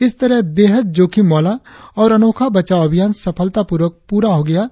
इस तरह यह बेहद जोखिम वाला और अनोखा बचाव अभियान सफलतापूर्वक पूरा हो गया है